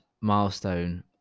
milestone